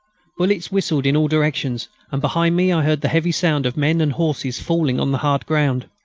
bullets whistled in all directions, and behind me i heard the heavy sound of men and horses falling on the hard ground.